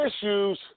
issues